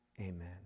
amen